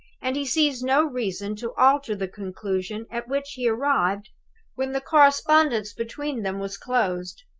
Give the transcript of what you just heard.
and he sees no reason to alter the conclusion at which he arrived when the correspondence between them was closed.